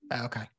Okay